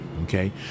okay